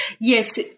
Yes